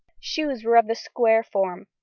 shoes were of the square form,